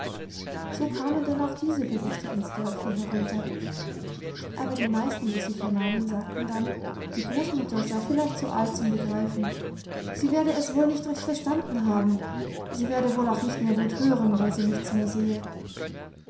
so kamen denn auch diese berichte ins dörfli herunter aber die meisten die sie vernahmen sagten dann die großmutter sei vielleicht zu alt zum begreifen sie werde es wohl nicht recht verstanden haben sie werde wohl auch nicht mehr gut hören weil sie nichts mehr sehe